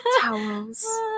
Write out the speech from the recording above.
Towels